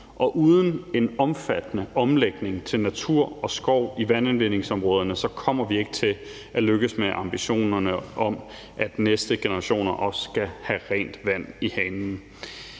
uden en omfattende omlægning til natur og skov i vandindvindingsområderne kommer vi ikke til at lykkes med at indfri ambitionen om, at næste generation også skal have rent vand i hanen.